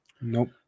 Nope